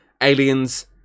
Aliens